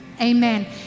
amen